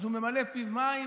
אז הוא ממלא פיו מים